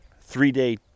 three-day